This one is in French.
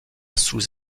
sous